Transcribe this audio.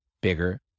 bigger